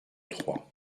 trois